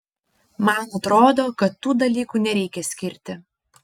man atrodo kad tų dalykų nereikia skirti